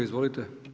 Izvolite.